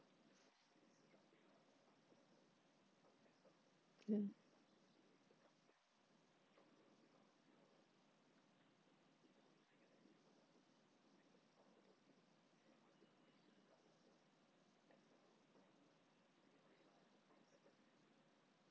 then